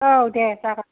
औ दे जागोन